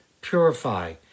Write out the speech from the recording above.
purify